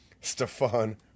Stefan